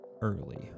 early